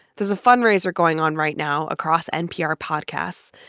there's a fundraiser going on right now across npr podcasts.